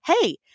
hey